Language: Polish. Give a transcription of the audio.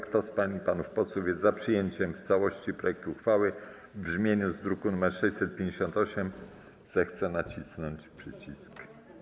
Kto z pań i panów posłów jest za przyjęciem w całości projektu uchwały w brzmieniu z druku nr 658, zechce nacisnąć przycisk.